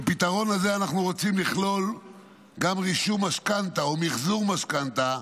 בפתרון הזה אנחנו רוצים לכלול גם רישום משכנתה או מחזור משכנתה,